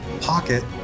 pocket